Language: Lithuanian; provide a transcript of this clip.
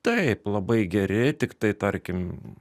taip labai geri tiktai tarkim